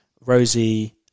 Rosie